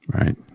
Right